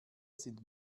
sind